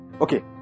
okay